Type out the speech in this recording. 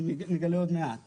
עוד מעט נגלה.